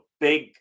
big